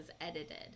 edited